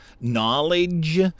knowledge